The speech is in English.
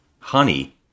Honey